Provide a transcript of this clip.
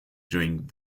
during